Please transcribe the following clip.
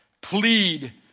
plead